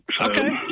Okay